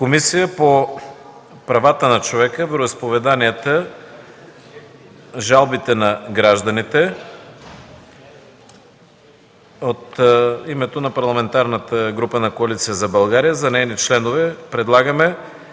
Комисия по правата на човека, вероизповеданията и жалбите на гражданите. От името на Парламентарната група на Коалиция за България за нейни членове предлагаме